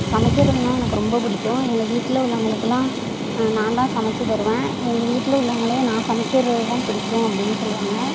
சமைக்கிறதுன்னா எனக்கு ரொம்ப பிடிக்கும் எங்கள் வீட்டில் உள்ளவங்களுக்கு எல்லாம் நான்தான் சமைச்சு தருவேன் எங்கள் வீட்டில் உள்ளவங்களே நான் சமைக்கிறது தான் பிடிக்கும் அப்படின்னு சொல்லுவாங்க